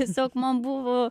tiesiog man buvo